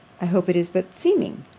i hope it is but seeming.